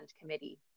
committee